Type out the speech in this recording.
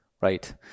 Right